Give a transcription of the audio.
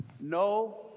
No